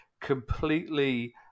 completely